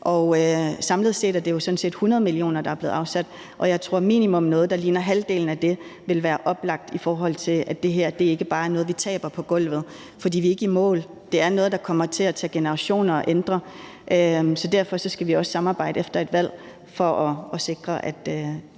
Samlet set er det jo sådan set 100 mio. kr., der er blevet afsat, og jeg tror, at noget, der minimum ligner halvdelen af det, vil være oplagt, for at det her ikke bare er noget, vi taber på gulvet. For vi er ikke i mål. Det er noget, der kommer til at tage generationer at ændre, så derfor skal vi også samarbejde efter et valg for at sikre, at